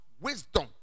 wisdom